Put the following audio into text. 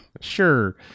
Sure